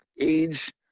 age